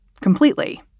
completely